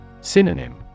Synonym